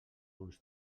uns